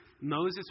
Moses